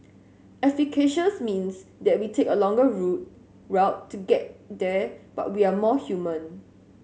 efficacious means that we take a longer route road to get there but we are more human